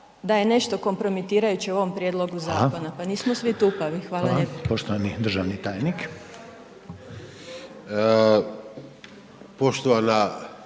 da je nešto kompromitirajuće u ovom prijedlogu zakona, pa nismo svi tupavi, hvala lijepo.